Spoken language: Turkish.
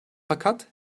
fakat